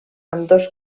ambdós